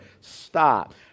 Stop